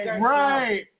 Right